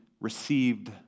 received